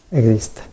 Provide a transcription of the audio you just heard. exist